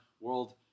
World